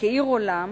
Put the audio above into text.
כעיר עולם